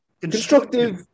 constructive